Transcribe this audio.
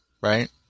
right